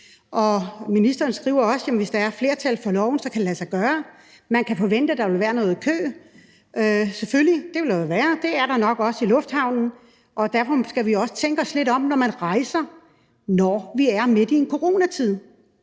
ministeren skriver også, at hvis der er flertal for forslaget, kan det lade sig gøre. Man kan forvente, at der vil være noget kø, selvfølgelig, det vil der jo være, og det er der nok også i lufthavnen, og derfor skal vi også tænke os lidt om, når vi rejser, når vi er midt i en coronatid.